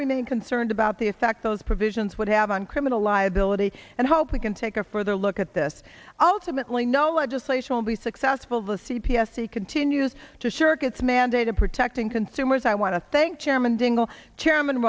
remain concerned about the effect those provisions would have on criminal liability and hope we can take a further look at this ultimately no legislation will be successful the c p s see continues to shirk its mandate of protecting consumers i want to thank chairman dingell chairman